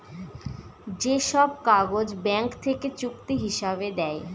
যে সব কাগজ ব্যাঙ্ক থেকে চুক্তি হিসাবে দেয়